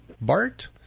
Bart